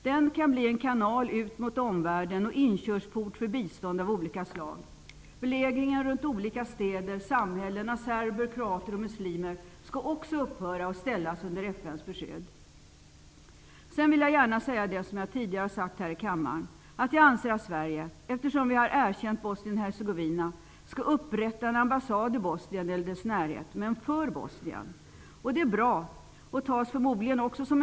Den kan bli en kanal ut mot omvärlden och en inkörsport för bistånd av olika slag. Belägringen av olika städer och samhällen av serber, kroater och muslimer bör också upphöra, och dessa samhällen bör ställas under FN:s beskydd. Som jag tidigare har sagt här i kammaren, anser jag att Sverige skall upprätta en ambassad i Bosnien eller dess närhet, eftersom vi har erkänt Bosnien Hercegovina.